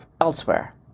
elsewhere